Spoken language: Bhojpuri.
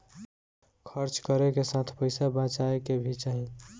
खर्च करे के साथ पइसा बचाए के भी चाही